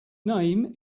name